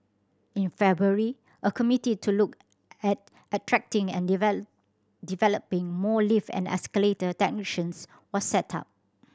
in February a committee to look at attracting and developing more lift and escalator technicians was set up